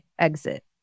exit